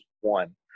one